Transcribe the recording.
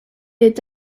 est